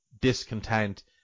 discontent